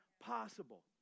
possible